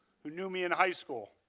who knew me in high school.